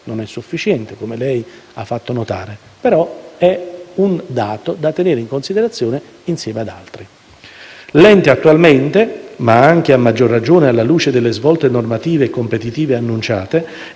non è sufficiente, ma è un dato da tenere in considerazione insieme ad altri. L'ente attualmente, ma anche e a maggior ragione alla luce delle svolte normative e competitive annunciate,